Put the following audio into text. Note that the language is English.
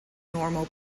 normal